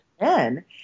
men